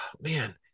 man